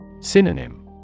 Synonym